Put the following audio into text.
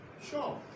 Sure